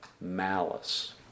malice